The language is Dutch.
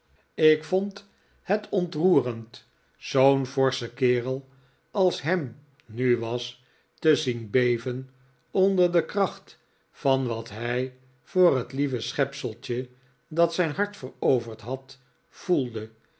ik vond het ontroerend zoo'n forschen kerel als ham nu was te zien beven onder de kracht van wat hij voor het lieve schepseltje dat zijn hart veroverd had voelde